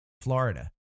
Florida